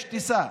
יש טיסה.